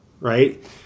right